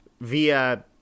via